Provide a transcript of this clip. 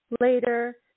Later